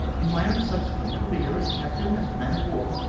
in my own subsequent career as captain of a man-of war,